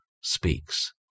speaks